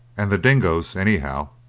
and the dingoes, anyhow,